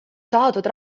saadud